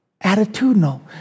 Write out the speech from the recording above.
attitudinal